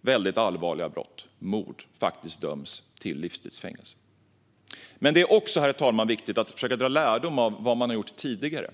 väldigt allvarliga brott, som mord, döms till livstids fängelse. Men det är också viktigt, herr talman, att försöka dra lärdom av vad man har gjort tidigare.